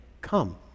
come